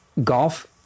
golf